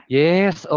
yes